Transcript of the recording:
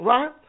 Right